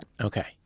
Okay